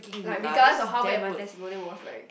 like regardless of how bad my testimonial was right